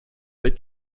will